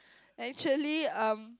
actually um